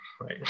right